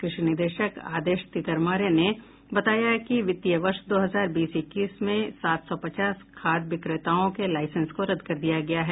कृषि निदेशक आदेश तितरमारे ने बताया कि वित्तीय वर्ष दो हजार बीस इक्कीस में सात सौ पचास खाद विक्रेताओं के लाईसेंस को रद्द कर दिया गया है